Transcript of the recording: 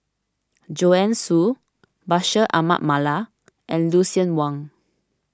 Joanne Soo Bashir Ahmad Mallal and Lucien Wang